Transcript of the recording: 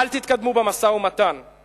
אל תתקדמו במשא-ומתן,